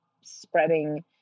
spreading